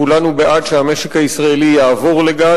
כולנו בעד שהמשק הישראלי יעבור לגז.